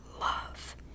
love